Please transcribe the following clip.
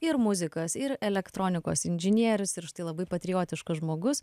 ir muzikos ir elektronikos inžinierius ir štai labai patriotiškas žmogus